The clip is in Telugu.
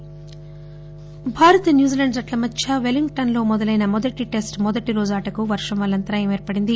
క్రికెట్ భారత్ న్యూజీలాండ్ జట్ల మధ్య పెల్లింగ్టన్ లో మొదలైన మొదటి టెస్ట్ మొదటిరోజు ఆటకు వర్షం వల్ల అంతరాయం ఏర్పడింది